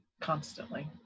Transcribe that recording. constantly